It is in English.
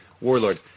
Warlord